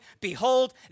behold